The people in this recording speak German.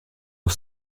auf